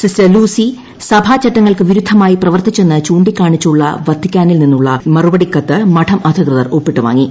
sister Lucy സഭാ ചട്ടങ്ങൾക്ക് വിരുദ്ധമായി പ്രവർത്തിച്ചുന്ന് ചൂണ്ടിക്കാണിച്ചുള്ള വത്തിക്കാനിൽ നിന്നുള്ള മറുപടിക്കത്ത് മഠം അധികൃതർ ഒപ്പിട്ടുവാങ്ങി